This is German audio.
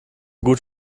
gut